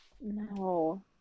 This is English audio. No